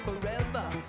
forever